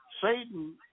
Satan